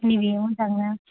नैबे मोजां ना